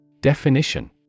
Definition